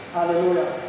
Hallelujah